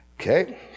okay